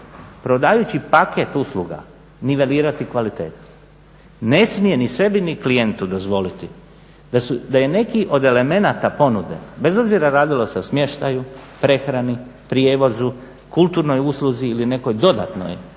prodajući paket usluga, … kvalitetu, ne smije ni sebi ni klijentu dozvoliti da je neki od elemenata ponude, bez obzira radilo se o smještaju, prehrani, prijevozu, kulturnoj usluzi ili nekom dodatnom